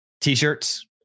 T-shirts